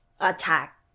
attack